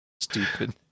Stupid